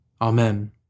Amen